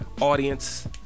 audience